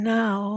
now